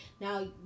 Now